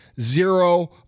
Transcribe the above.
Zero